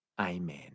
Amen